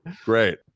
great